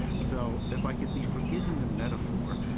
so if i could be forgiven the metaphor,